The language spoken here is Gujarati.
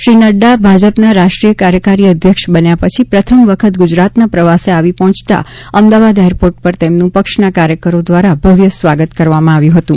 શ્રી નઙા ભાજપના રાષ્ટ્રીય કાર્યકારી અધ્યક્ષ બન્યા પછી પ્રથમ વખત ગુજરાતના પ્રવાસે આવી પહોંચતાં અમદાવાદ એરપોર્ટ ઉપર તેમનું પક્ષના કાર્યકરો દ્વારા ભવ્ય સ્વાગત કરવામાં આવ્યું હતું